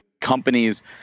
companies